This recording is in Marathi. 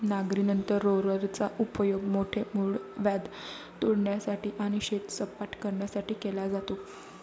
नांगरणीनंतर रोलरचा उपयोग मोठे मूळव्याध तोडण्यासाठी आणि शेत सपाट करण्यासाठी केला जातो